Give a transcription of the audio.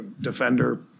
defender